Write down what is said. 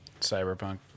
cyberpunk